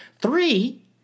Three